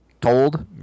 told